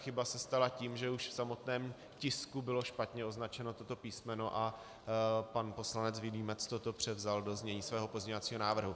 Chyba se stala tím, že už v samotném tisku bylo špatně označeno toto písmeno a pan poslanec Vilímec toto převzal do znění svého pozměňovacího návrhu.